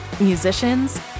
Musicians